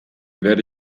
werde